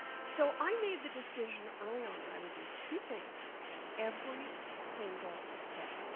so i made the decision early on that i would do two things every single day.